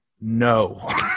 No